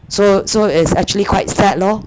so so it's actually quite sad lor